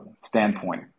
standpoint